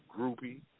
groupie